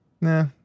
Nah